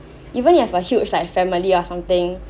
even you have a huge like family or something